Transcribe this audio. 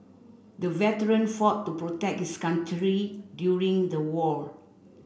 the veteran fought to protect his country during the war